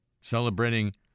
celebrating